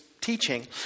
teaching